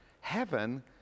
Heaven